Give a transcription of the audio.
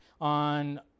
on